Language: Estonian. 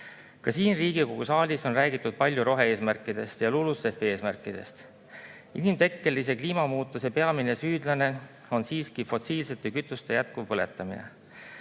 Ka siin Riigikogu saalis on räägitud palju rohe-eesmärkidest ja LULUCF-i eesmärkidest. Inimtekkelise kliimamuutuse peamine süüdlane on siiski fossiilsete kütuste jätkuv põletamine,